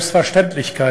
הנכבדים,